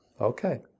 okay